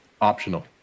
optional